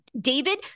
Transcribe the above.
David